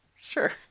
sure